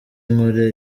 nkora